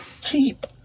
keep